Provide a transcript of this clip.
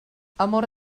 amor